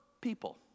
people